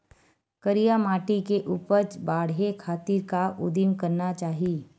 करिया माटी के उपज बढ़ाये खातिर का उदिम करना चाही?